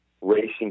racing